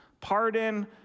Pardon